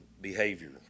behavior